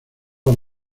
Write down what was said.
los